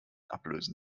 ablösen